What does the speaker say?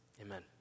Amen